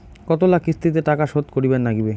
কতোলা কিস্তিতে টাকা শোধ করিবার নাগীবে?